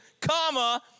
comma